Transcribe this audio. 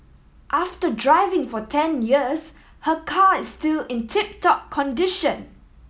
after driving for ten years her car is still in tip top condition